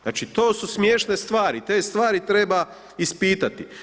Znači to su smiješne stvari, te stvari treba ispitati.